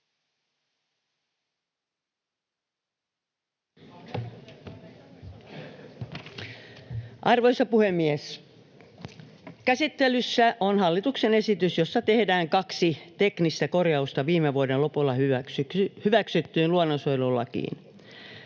Arvoisa puhemies! Käsittelyssä on hallituksen esitys, jossa tehdään kaksi teknistä korjausta viime vuoden lopulla hyväksyttyyn luonnonsuojelulakiin.